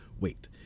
wait